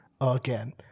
again